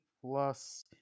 plus